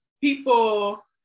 people